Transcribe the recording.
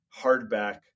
hardback